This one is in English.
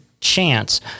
chance